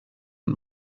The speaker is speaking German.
und